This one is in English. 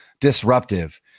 disruptive